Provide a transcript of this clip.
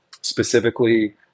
specifically